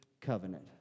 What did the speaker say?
covenant